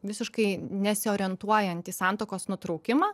visiškai nesiorientuojant į santuokos nutraukimą